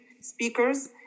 speakers